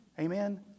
Amen